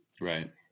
Right